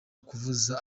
kuvuza